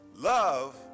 Love